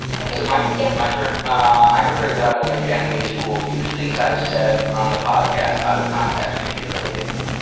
is it my turn? yeah my turn? i'm afraid that i will make enemies who will use things i've said on the podcast out of context to humiliate me.